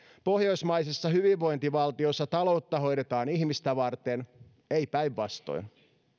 pohjoismaisessa hyvinvointivaltiossa taloutta hoidetaan ihmistä varten ei päinvastoin